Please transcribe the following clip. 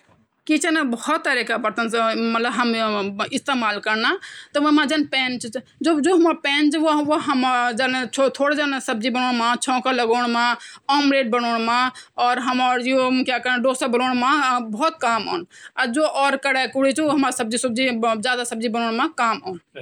मछली अलावा भी जन ना पाणी माँ रेन, साँप रेन, घड़ियाल रेन, मगरमछ चीन और ऑक्टोपस चीन और एनी कछुआ चीन ये सबब पानी के बीटर रंदा |